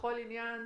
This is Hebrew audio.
בכל עניין,